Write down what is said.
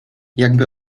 jakby